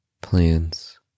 plans